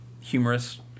humorous